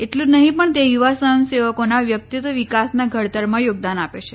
એટલું જ નહીં પણ તે યુવા સ્વયંમસેવકોના વ્યકિત્વ વિકાસના ઘડતરમાં યોગદાન આપે છે